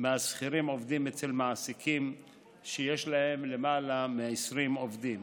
75% מהשכירים עובדים אצל מעסיקים שיש להם למעלה מ-20 עובדים,